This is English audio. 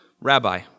Rabbi